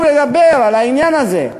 וחשוב לדבר על העניין הזה.